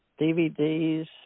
DVDs